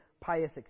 pious